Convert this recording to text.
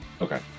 Okay